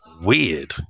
weird